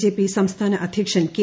BJP സംസ്ഥാന അധ്യക്ഷൻ K